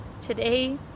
today